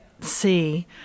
see